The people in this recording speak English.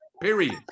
Period